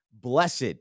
blessed